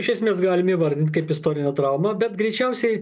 iš esmės galime įvardint kaip istorinę traumą bet greičiausiai